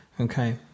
Okay